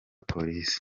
polisi